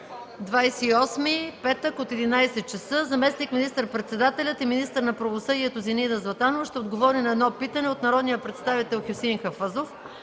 28 март, петък, от 11,00 часа: Заместник министър-председателят и министър на правосъдието Зинаида Златанова ще отговори на едно питане от народния представител Хюсеин Хафъзов.